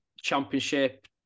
championship